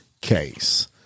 case